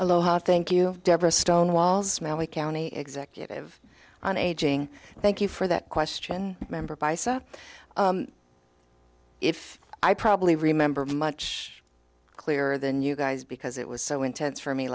aloha thank you deborah stonewalls manley county executive on aging thank you for that question member bison if i probably remember much clearer than you guys because it was so intense for me